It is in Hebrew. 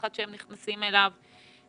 פחד שהם נכנסים אליו וכו'.